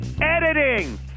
Editing